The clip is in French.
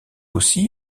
aussi